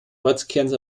ortskerns